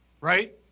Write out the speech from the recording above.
right